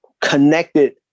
connected